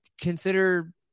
consider